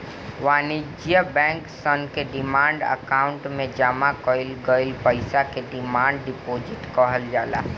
वाणिज्य बैंक सन के डिमांड अकाउंट में जामा कईल गईल पईसा के डिमांड डिपॉजिट कहल जाला